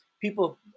people